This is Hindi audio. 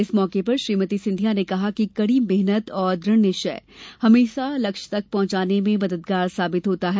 इस मौके पर श्रीमती सिंधिया ने कहा कि कड़ी मेहनत और दृढ़ निश्चय हमेशा लक्ष्य तक पहुंचने में मददगार साबित होता है